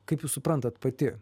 kaip jūs suprantat pati